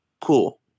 Cool